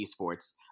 esports